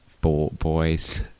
boys